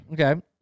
Okay